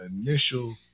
initial